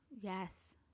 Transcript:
Yes